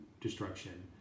destruction